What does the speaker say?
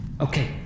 Okay